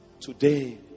today